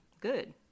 good